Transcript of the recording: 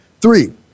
three